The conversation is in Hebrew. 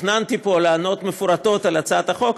תכננתי פה לענות מפורטות על הצעת החוק,